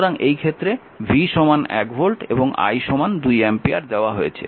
সুতরাং এই ক্ষেত্রে এটি V 1 ভোল্ট এবং I 2 অ্যাম্পিয়ার দেওয়া হয়েছে